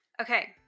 Okay